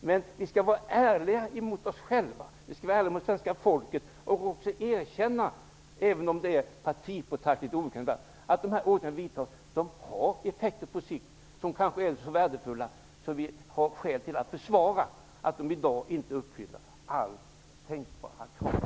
Men vi skall vara ärliga mot oss själva och svenska folket, och också erkänna att de åtgärder vi vidtar på sikt har effekter som är så värdefulla att vi kanske har skäl att försvara att de i dag inte uppfyller alla tänkbara krav.